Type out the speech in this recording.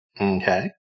Okay